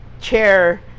chair